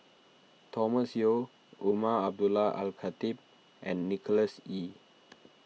Thomas Yeo Umar Abdullah Al Khatib and Nicholas Ee